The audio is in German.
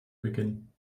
beginnen